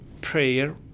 prayer